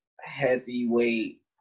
heavyweight